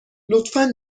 لطفا